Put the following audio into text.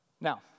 Now